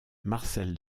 marcel